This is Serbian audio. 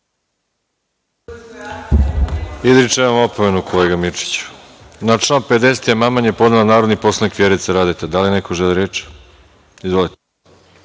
Hvala,